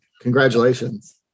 Congratulations